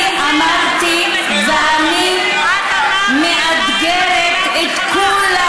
אני אמרתי, את אמרת, ואני מאתגרת את כולם,